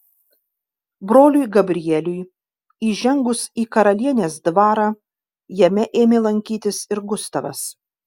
broliui gabrieliui įžengus į karalienės dvarą jame ėmė lankytis ir gustavas